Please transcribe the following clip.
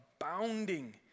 abounding